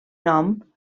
nom